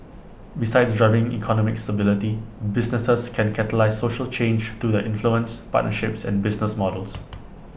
besides driving economic stability businesses can catalyse social change through the influence partnerships and business models